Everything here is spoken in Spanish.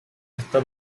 está